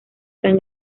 tan